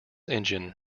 engine